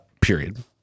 period